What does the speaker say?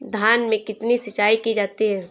धान में कितनी सिंचाई की जाती है?